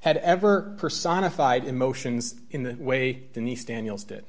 had ever personified emotions in the way the nice daniels did